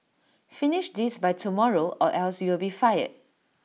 finish this by tomorrow or else you'll be fired